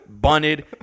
bunted